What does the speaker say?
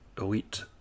elite